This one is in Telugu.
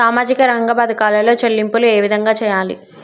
సామాజిక రంగ పథకాలలో చెల్లింపులు ఏ విధంగా చేయాలి?